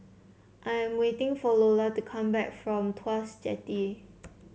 I am waiting for Lola to come back from Tuas Jetty